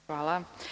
Hvala.